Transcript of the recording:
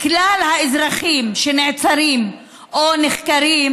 לכלל האזרחים שנעצרים או נחקרים,